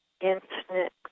infinite